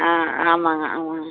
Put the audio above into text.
ம் ஆமாங்க ஆமாங்க